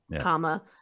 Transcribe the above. comma